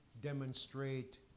Demonstrate